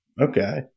Okay